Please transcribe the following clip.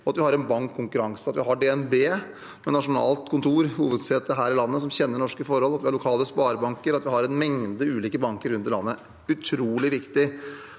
at vi har en bankkonkurranse, at vi har DNB med nasjonalt kontor, hovedsete her i landet, som kjenner norske forhold, at vi har lokale sparebanker, og at vi har en mengde ulike banker rundt i landet – utrolig viktig.